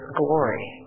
glory